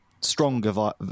stronger